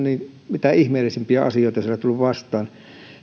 mitä ihmeellisimpiä asioita siellä on tullut vastaan